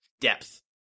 depth